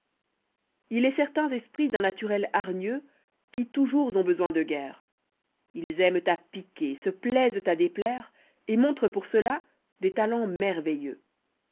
il est certains esprits d'un naturel hargneux qui toujours ont besoin de guerre ils aiment à piquer se plaisent à déplaire et montrent pour cela des talents jmerveilléux